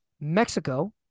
Mexico